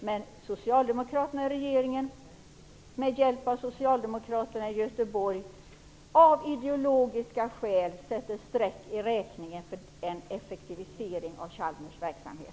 Men socialdemokraterna i regeringen har med hjälp av socialdemokraterna i Göteborg av ideologiska skäl satt ett streck i räkningen för en effektivisering av Chalmers verksamhet.